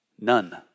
None